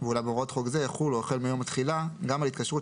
ואולם הוראות חוק זה יחולו החל מיום התחילה גם על התקשרות